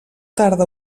tarda